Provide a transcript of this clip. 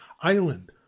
Island